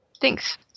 Thanks